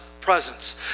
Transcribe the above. presence